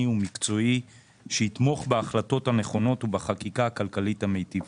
ומקצועי שיתמוך בהחלטות הנכונות ובחקיקה הכלכלית המיטיבה.